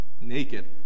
naked